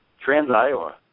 Trans-Iowa